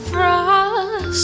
Frost